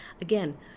Again